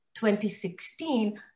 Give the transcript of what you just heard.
2016